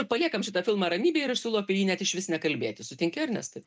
paliekam šitą filmą ramybėj ir aš siūlau apie jį net išvis nekalbėti sutinki ernestai